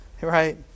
right